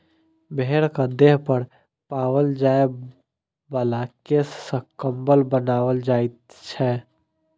भेंड़क देह पर पाओल जाय बला केश सॅ कम्बल बनाओल जाइत छै